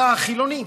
אתה חילוני,